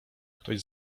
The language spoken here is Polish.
ktoś